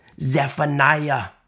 Zephaniah